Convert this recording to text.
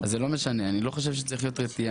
אז זה לא משנה, אני לא חושב שצריכה להיות רתיעה.